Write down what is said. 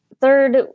third